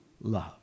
love